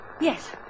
Yes